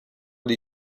dei